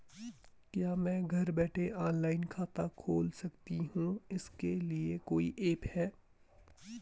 क्या मैं घर बैठे ऑनलाइन खाता खोल सकती हूँ इसके लिए कोई ऐप है?